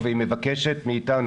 בטח ביום-יומיים הקרובים.